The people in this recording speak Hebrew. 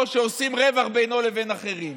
או שעושים רווח בינו לבין אחרים